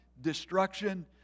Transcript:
destruction